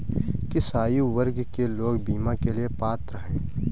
किस आयु वर्ग के लोग बीमा के लिए पात्र हैं?